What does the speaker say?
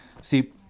See